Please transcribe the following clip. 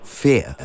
fear